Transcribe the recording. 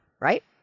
right